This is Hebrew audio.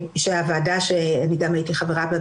שהוועדה שאני גם הייתי חברה בה,